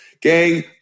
Gang